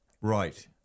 right